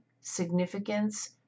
significance